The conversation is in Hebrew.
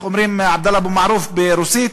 איך אומרים, עבדאללה אבו מערוף, ברוסית?